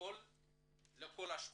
לכל השכונות.